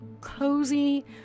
cozy